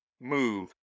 move